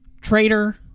Traitor